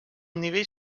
nivell